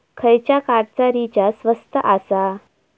खयच्या कार्डचा रिचार्ज स्वस्त आसा?